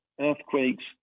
earthquakes